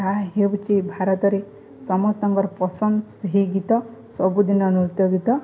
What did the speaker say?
ତାହା ହେଉଛି ଭାରତରେ ସମସ୍ତଙ୍କର ପସନ୍ଦ ସେହି ଗୀତ ସବୁଦିନ ନୃତ୍ୟ ଗୀତ